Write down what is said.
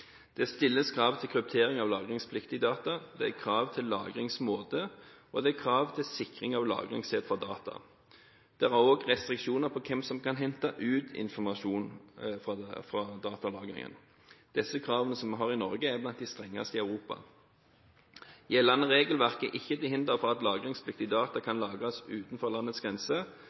Det stilles krav til kryptering av lagringspliktig data, det er krav til lagringsmåte, og det er krav til sikring av lagringssted for data. Det er også restriksjoner på hvem som kan hente ut informasjon fra datalagringen. De kravene vi har i Norge, er blant de strengeste i Europa. Gjeldende regelverk er ikke til hinder for at lagringspliktige data kan lagres utenfor landets